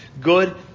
good